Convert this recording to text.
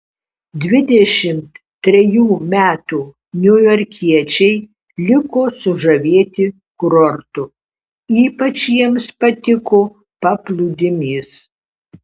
dvidešimt trejų metų niujorkiečiai liko sužavėti kurortu ypač jiems patiko paplūdimys